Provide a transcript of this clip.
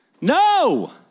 No